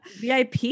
vip